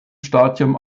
stadium